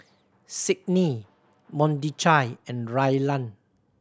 Sydney Mordechai and Rylan